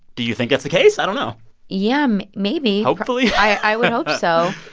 do you think that's the case? i don't know yeah, maybe hopefully i would hope so.